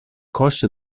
cosce